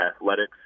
athletics